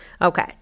Okay